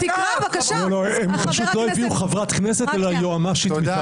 חברת הכנסת גוטליב.